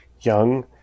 young